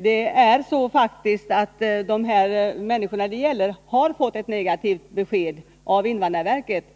Det är faktiskt så, att de människor som det här gäller ofta mycket snabbt har fått ett negativt besked från invandrarverket.